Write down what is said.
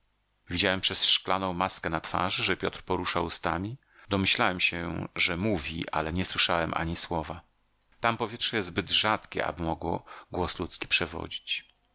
widziałem przez szklanną maskę na twarzy że piotr porusza ustami domyślałem się że mówi ale nie słyszałem ani słowa tam powietrze jest zbyt rzadkie aby mogło głos ludzki przewodzić